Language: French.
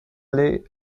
aller